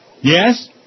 Yes